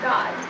God